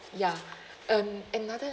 ya and another